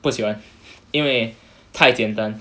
不喜欢因为太简单